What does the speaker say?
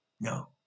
No